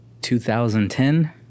2010